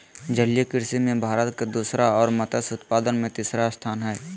जलीय कृषि में भारत के दूसरा और मत्स्य उत्पादन में तीसरा स्थान हइ